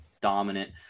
dominant